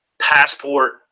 Passport